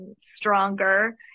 stronger